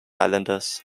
islanders